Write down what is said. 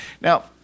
Now